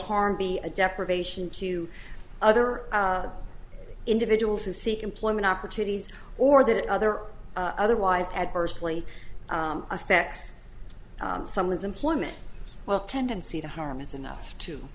harm be a deprivation to other individuals who seek employment opportunities or that other or otherwise adversely affect someone's employment well tendency to harm is enough to